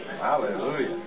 Hallelujah